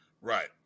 Right